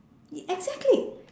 exactly